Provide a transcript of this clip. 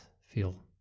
feel